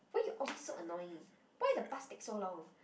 why you always so annoying why the plastic so long